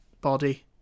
body